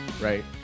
Right